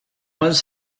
was